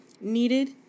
needed